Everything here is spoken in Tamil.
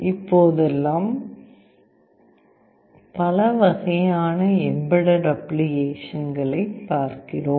இப்போதெல்லாம் பலவகையான எம்பெட்டட் அப்ளிகேஷன்களைப் பார்க்கிறோம்